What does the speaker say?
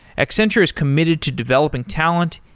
accenture is committed to developing talent,